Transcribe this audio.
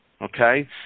Okay